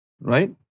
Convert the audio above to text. Right